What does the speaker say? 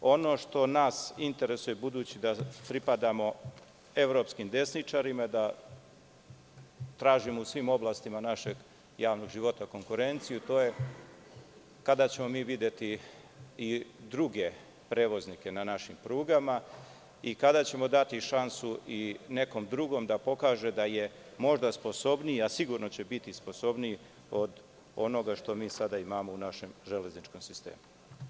Ono što nas interesuje, budući da pripadamo evropskim desničarima, da tražimo u svim oblastima našeg javnog života konkurenciju, to je kada ćemo mi videti i druge prevoznike na našim prugama i kada ćemo dati šansu nekom drugom da pokaže da je možda sposobniji, a sigurno će biti sposobniji, od onoga što mi sada imamo u našem železničkom sistemu?